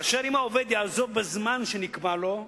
ואם העובד יעבוד בזמן שנקבע לו,